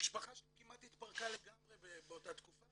המשפחה שלי כמעט התפרקה לגמרי באותה תקופה